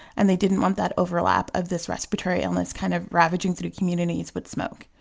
and they didn't want that overlap of this respiratory illness kind of ravaging through communities with smoke.